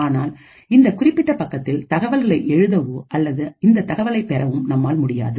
ஆனால் இந்த குறிப்பிட்ட பக்கத்தில் தகவல்களை எழுதவோ அல்லது இந்த தகவலை பெறவும் நம்மால் முடியாது